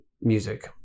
music